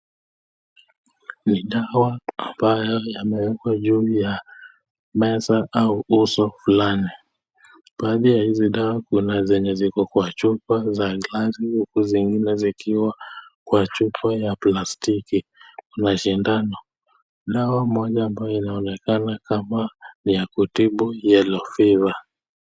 Ni dawa ambayo yamewekwa juu ya meza au uso fulani. Baadhi ya hizi dawa kuna zenye ziko kwa chupa za glass huku zingine zikiwa kwa chupa ya plastiki na sindano. Dawa moja ambayo inayoonekana kama ni ya kutibu Yellow Fever